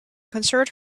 concerned